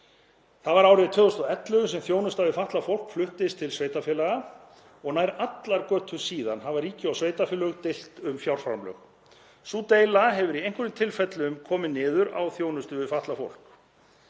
Það var árið 2011 sem þjónusta við fatlað fólk fluttist til sveitarfélaga og nær allar götur síðan hafa ríki og sveitarfélög deilt um fjárframlög. Sú deila hefur í einhverjum tilfellum komið niður á þjónustu við fatlað fólk.